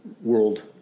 world